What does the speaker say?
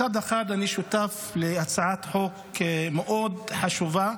מצד אחד, אני שותף להצעת חוק מאוד חשובה,